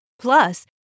Plus